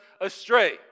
astray